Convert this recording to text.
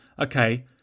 okay